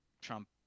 Trump